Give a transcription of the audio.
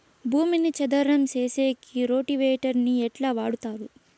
భూమిని చదరం సేసేకి రోటివేటర్ ని ఎట్లా వాడుతారు?